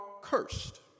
cursed